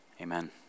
Amen